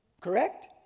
correct